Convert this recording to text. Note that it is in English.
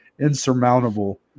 insurmountable